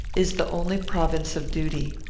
is the only province of duty.